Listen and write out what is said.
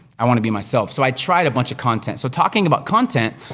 i wanna be myself. so, i tried a bunch of content. so, talking about content,